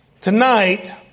Tonight